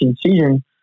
season